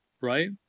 right